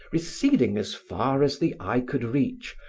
receding as far as the eye could reach,